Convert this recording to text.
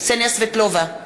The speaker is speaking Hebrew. קסניה סבטלובה,